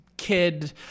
kid